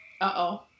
Uh-oh